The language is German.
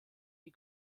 die